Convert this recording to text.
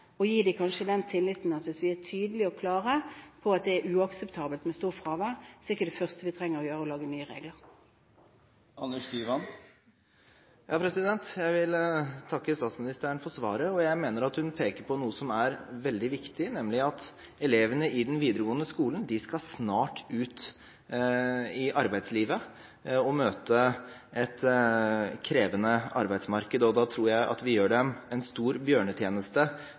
og kanskje vise dem den tilliten som innebærer at hvis vi er tydelige og klare på at det er uakseptabelt med stort fravær, så er ikke det første vi trenger å gjøre, å lage nye regler. Jeg vil takke statsministeren for svaret. Jeg mener at hun peker på noe som er veldig viktig, nemlig at elevene i den videregående skolen snart skal ut i arbeidslivet og møte et krevende arbeidsmarked. Da tror jeg at vi gjør dem en stor bjørnetjeneste